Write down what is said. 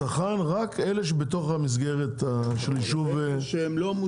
הצרכן זה רק אלה שבתוך המסגרת של יישוב מוכר.